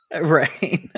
Right